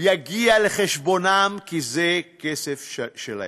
יגיע לחשבונם, כי זה כסף שלהם.